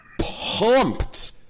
pumped